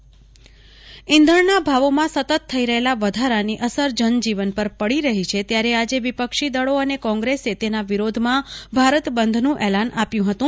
કુલ્પના શાહ બંધ પ્રતિસાદ ઈંધણના ભાવોમાં સતત થઈ રહેલા વધારાની અસર જનજીવન પર પડી રહી છે ત્યારે આજે વિપક્ષી દળો અને કોંગ્રેસે તેના વિરોધમાં ભારત બંધનું એલાન આપ્યું હતું